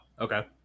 Okay